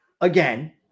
again